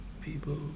people